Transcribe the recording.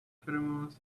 pheromones